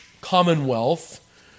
commonwealth